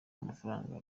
amafaranga